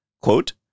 quote